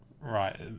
Right